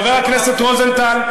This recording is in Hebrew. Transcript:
חבר הכנסת רוזנטל,